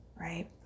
right